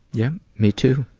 yeah. me, too.